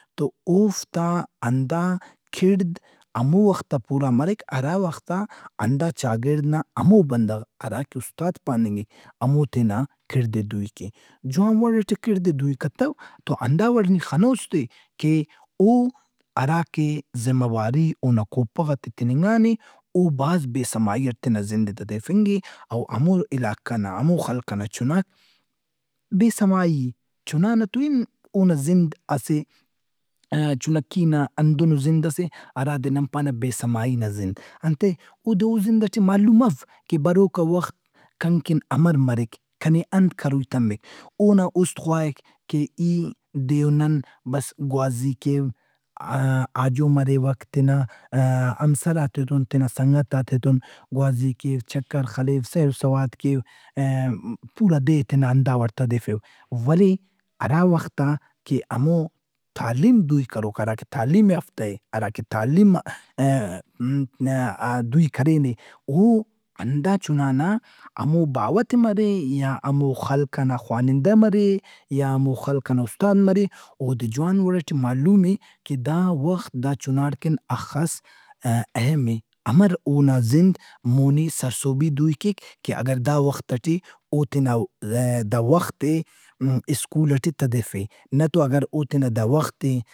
اوفتا ہندا کِڑد ہمو وختا پورا مریک ہراوختا ہندا چاگڑد نا ہمو بندغ ہرا کہ استاد پاننگک ہمو تینا کڑد ئے دُوئی کے۔ جوان وڑ ئٹے کِڑد ئے دوئی کتوہندا وڑنی خنوس تہِ کہ او ہرا کہ ذمہ واری اونا کوپغاتے آ تِننگانے او بھاز بے سمائی اٹ تینا زندئے تدیفنگ اے او ہمو علاقہ نا ہمو خلق ئنا چُناک، بے سمائی اے چُنانا تو ایہن اونا زند اسہ چُھنکی نا اسہ ہندنو زندس اے ہرادے نن پانہ بے سمائی نا زند۔ انتئے اودے او زند ئٹے معلوم اف کہ بروکا وخت کن کن امر مریک۔ کنے انت کروئی تمک۔ اونا اُست خواہک کہ ای دے و نن بس گوازی کیو، آجو مریوک تینا ہمسراتے تون، تینا سنگتاتے تون گوازی کیو، چکر خلیو، سیر و سواد کیو، پورا دے ئے تینا ہندا وڑ تدیفِو۔ ولے ہراوختا کہ ہمو تعلیم دوئی کروکا ہرا کہ تعلیم یافتہ اے ہرا کہ تعلیم ئے-م-ئے-آ- دوئی کرینے او ہندا چُنا نا ہمو باوہ تہِ مرے یا ہمو خلق ئنا خوانندہ مریو یا ہمو خلق ئنا اُستاد مرے اودے جوان وڑ ئٹے معلوم اے کہ دا وخت دا چُنا کن ہخس اہم اے۔ امر اونا زند مونی سرسہبی دوئی کیک کہ اگر دا وختا ئٹی او تینا ئے-دا- وخت ئے سکول ئٹے تدیفے۔ نتو اگراو تینا دا وخت ئے